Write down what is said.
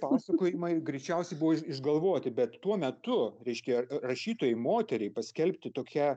pasakojimai greičiausiai buvo iš išgalvoti bet tuo metu reiškia rašytojai moteriai paskelbti tokią